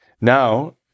now